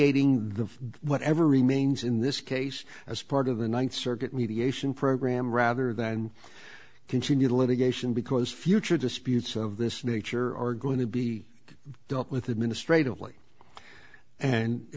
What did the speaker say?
the whatever remains in this case as part of the th circuit mediation program rather than continue the litigation because future disputes of this nature or going to be dealt with administratively and it